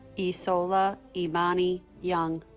isola imani young